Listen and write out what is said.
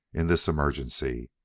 in this emergency.